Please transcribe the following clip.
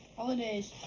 holidays.